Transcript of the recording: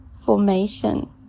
formation